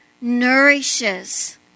nourishes